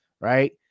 right